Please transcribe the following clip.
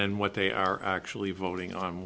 then what they are actually voting on